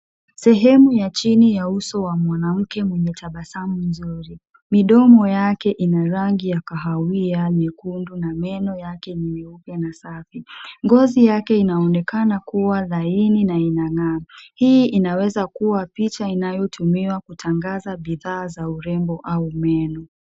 Sehemu ya chini ya uso wa mwanamke mwenye tabasamu nzuri. Midomo yake ina rangi ya kahawia-nyekundu na meno yake ni nyeupe na safi. Ngozi yake inaonekana kuwa laini na inang'aa. Hii inaweza kuwa picha inayotumiwa kutangaza bidhaa za urembo au meno.